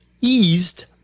eased